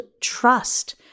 trust